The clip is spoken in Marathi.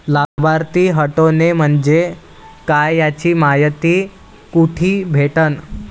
लाभार्थी हटोने म्हंजे काय याची मायती कुठी भेटन?